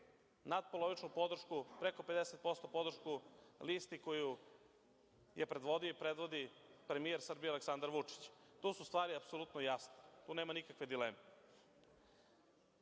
natpolovičnu podršku, preko 50% podršku listu koju je predvodio i predvodi premijer Srbije Aleksandar Vučić. Tu su stvari apsolutno jasno. Tu nema nikakve dileme. Kada